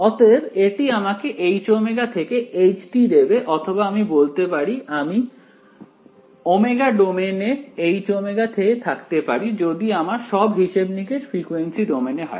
অতএব এটি আমাকে Hω থেকে h দেবে অথবা আমি বলতে পারি আমি ω ডোমেইনে Hω তে থাকতে পারি যদি আমার সব হিসেব নিকেশ ফ্রিকোয়েন্সি ডোমেইনে হয়